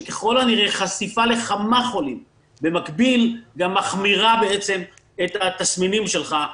שככל הנראה חשיפה לכמה חולים במקביל גם מחמירה את התסמינים שלך,